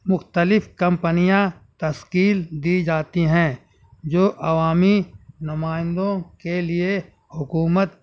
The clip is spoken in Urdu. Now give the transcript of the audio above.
مختلف کمپنیاں تسکیل دی جاتی ہیں جو عوامی نمائندوں کے لیے حکومت